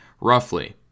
roughly